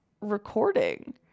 recording